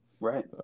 Right